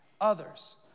others